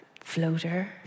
floater